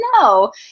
No